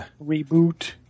Reboot